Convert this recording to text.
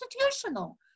constitutional